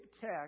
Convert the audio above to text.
tech